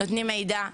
נותנים מידע,